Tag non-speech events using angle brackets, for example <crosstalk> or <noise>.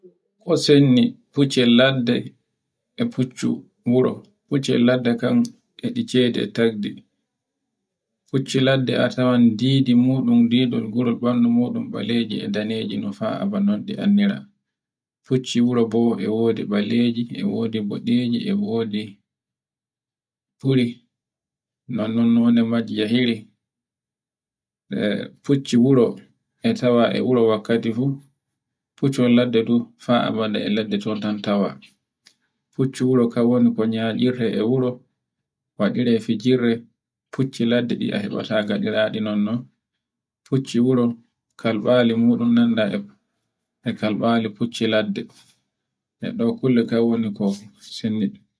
<noise> Ko sendi fuccu ladde e fuccu wuro. Fuccu ladde kan e ɗicce e teddi, fuccu ladde a tawan didi muɗum, didol ngure andu muɗum ɓeleje e daneje no fa a banon ɗi anndira. Fuccu wuro bo e woɗi ɓaleji, boɗeji, e wodi fure, na nonnone majjiya here e fuccu wuro e tawan e wuro wakkati fu. fuccu ladde du faa abada e ndu ladde ton tan tawa. fuccu wuro kan woni konyaɗirte e wuro, waɗire fijirde, fucci ladde nde a heɓata gaɗiraɗi non no. fucci wuro kalɓale muɗum nan ɗa e kalɓale fucci ladde, E ɗo kulle kan wano ko sanne.